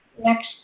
next